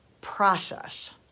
process